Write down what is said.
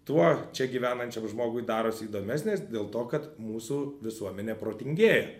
tuo čia gyvenančiam žmogui darosi įdomesnės dėl to kad mūsų visuomenė protingėja